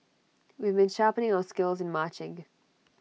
we've been sharpening our skills in marching